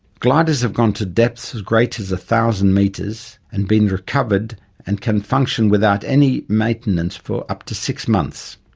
gliders have gone to depths as great as one thousand metres and been recovered and can function without any maintenance for up to six months.